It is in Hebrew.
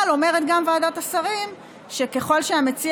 אבל ועדת השרים גם אומרת שככל שהמציע